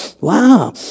wow